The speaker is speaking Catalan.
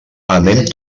anem